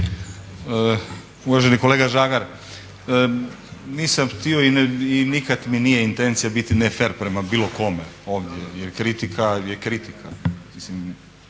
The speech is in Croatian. Uvaženi kolega Žagar nisam htio i nikad mi nije intencija biti ne fer prema bilo kome ovdje jer kritika je kritika,